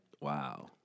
Wow